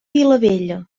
vilavella